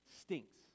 stinks